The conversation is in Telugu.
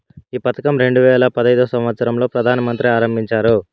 ఈ పథకం రెండు వేల పడైదు సంవచ్చరం లో ప్రధాన మంత్రి ఆరంభించారు